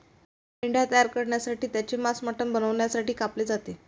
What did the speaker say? मेंढ्या तयार करण्यासाठी त्यांचे मांस मटण बनवण्यासाठी कापले जाते